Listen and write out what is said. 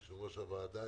יושב-ראש הוועדה,